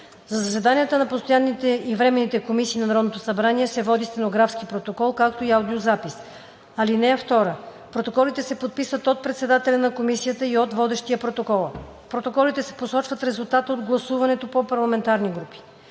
За заседанията на постоянните и временните комисии на Народното събрание се води стенографски протокол, както и аудиозапис. (2) Протоколите се подписват от председателя на комисията и от водещия протокола. В протоколите се посочва резултатът от гласуването по парламентарни групи.